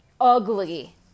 ugly